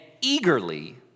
eagerly